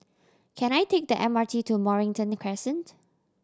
can I take the M R T to Mornington Crescent